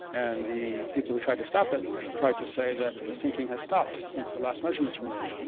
and the people who tried to stop it tried to say that the sinking has stopped since the last measurements were made.